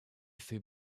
fait